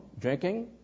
drinking